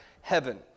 Heaven